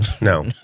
No